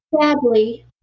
sadly